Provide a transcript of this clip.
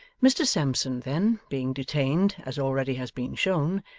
mr sampson, then, being detained, as already has been shown,